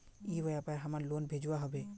ई व्यापार हमार लोन भेजुआ हभे?